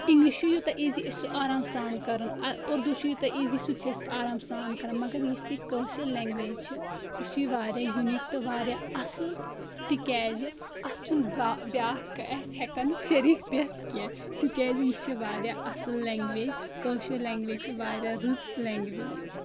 English چھُ یوٗتاہ easy أسۍ چھِ سُہ آرام سان کران اردوٗ چھُ یٗوٗتاہ ایٖزی سُہ تہِ چھِ أسۍ آرام سان کران مَگر یُس یہِ کٲشِر لیٚنٛگویٚج چھِ یہِ چھِ واریاہ یُنیٖک تہٕ واریاہ اَصٕل تِکیازِ اَتھ چھُ نہٕ بیاکھ اَسہِ ہٮ۪کان شریٖک پیٚتھ کیٚنٛہہ تِکیازِ یہِ چھِ واریاہ اَصٕل لیٚنٛگویٚج کٲشِر لیٚنٛگویٚج چھِ واریاہ رٕژ لیٚنٛگویٚج